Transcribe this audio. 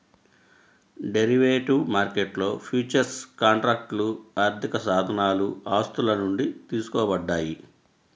derivative మార్కెట్లో futures కాంట్రాక్ట్లు ఆర్థికసాధనాలు ఆస్తుల నుండి తీసుకోబడ్డాయి